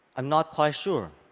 i'm not quite sure.